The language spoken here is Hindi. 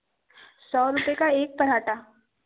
सौ रुपये का एक पराँठा